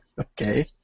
Okay